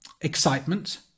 excitement